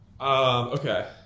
Okay